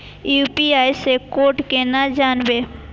UPI से code केना जानवै?